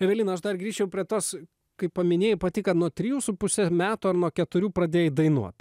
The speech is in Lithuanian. evelina aš dar grįžčiau prie tos kai paminėjai pati kad nuo trijų su puse metų ar nuo keturių pradėjai dainuot